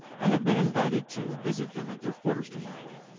i have been invited to visit them at their quarters to-morrow.